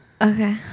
Okay